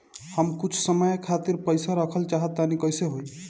हम कुछ समय खातिर पईसा रखल चाह तानि कइसे होई?